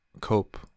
cope